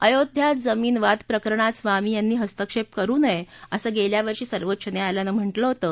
अयोध्या जमीन वाद प्रकरणात स्वामी यांनी हस्तक्षेप करु नये असं गेल्यावर्षी सर्वोच्च न्यायालयानं म्हटलं होतं